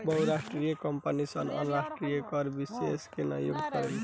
बहुराष्ट्रीय कंपनी सन अंतरराष्ट्रीय कर विशेषज्ञ के नियुक्त करेली